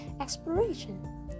exploration